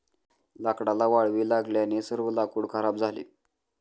लाकडाला वाळवी लागल्याने सर्व लाकूड खराब झाले